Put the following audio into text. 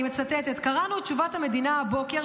אני מצטטת: קראנו את תשובת המדינה הבוקר,